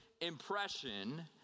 impression